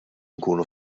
nkunu